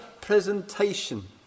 presentation